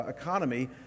economy